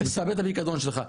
ותאבד את הפיקדון שלך,